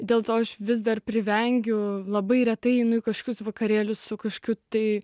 dėl to aš vis dar privengiu labai retai einu į kažkokius vakarėlius su kiškiu tai